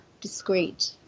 discreet